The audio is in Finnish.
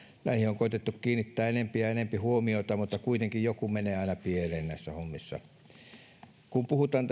ja näihin on koetettu kiinnittää enempi ja enempi huomiota mutta kuitenkin joku menee aina pieleen näissä hommissa kun puhutaan